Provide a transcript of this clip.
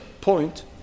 point